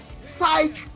Psych